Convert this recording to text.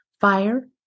fire